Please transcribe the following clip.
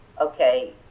okay